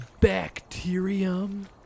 Bacterium